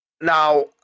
Now